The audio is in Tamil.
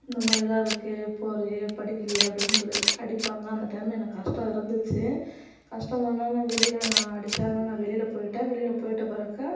இந்தமாதிரிலாம் இருக்காயே போகிறியே படிக்கலியே அப்படினு சொல்லி அடிப்பாங்க அந்த டைமில்எனக்கு கஷ்டம் இருந்துச்சு கஷ்டமானாலும் வெளியில் நான் அடித்தாங்கன்னு நான் வெளில போயிட்டே வெளியில் போயிட்டு பிறகு